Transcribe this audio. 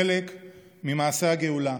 חלק ממעשה הגאולה.